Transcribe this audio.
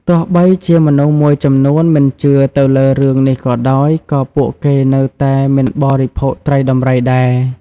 ទោះបីជាមនុស្សមួយចំនួនមិនជឿទៅលើរឿងនេះក៏ដោយ ក៏ពួកគេនៅតែមិនបរិភោគត្រីដំរីដែរ។